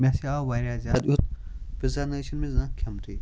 مےٚ ہَسا آو واریاہ زیادٕ یُتھ پِزا نہ حظ چھُ نہٕ مےٚ زانٛہہ کھیوٚمتُے